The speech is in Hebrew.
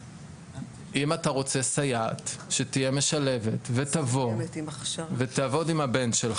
קיץ, הסייעות צריכות לעבוד.